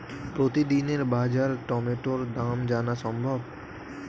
প্রতিদিনের বাজার টমেটোর দাম জানা সম্ভব?